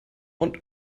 und